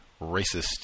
racist